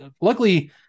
Luckily